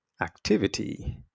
activity